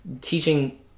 teaching